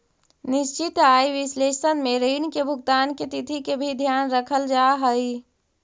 निश्चित आय विश्लेषण में ऋण के भुगतान के तिथि के भी ध्यान रखल जा हई